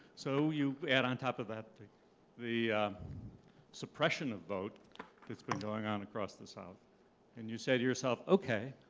so you add on top of that the the suppression of vote that's been going on across the south and you say to yourself, ok,